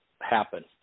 happen